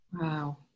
Wow